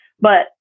but-